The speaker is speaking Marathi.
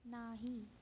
नाही